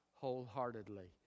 wholeheartedly